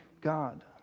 God